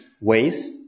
ways